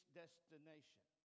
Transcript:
destination